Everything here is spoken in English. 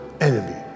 enemy